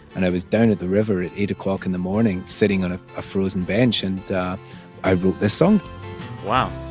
and i was down at the river at eight o'clock in the morning, sitting on a ah frozen bench, and i wrote this song wow